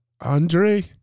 Andre